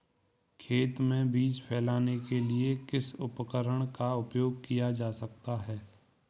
खेत में बीज फैलाने के लिए किस उपकरण का उपयोग किया जा सकता है?